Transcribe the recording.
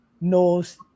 knows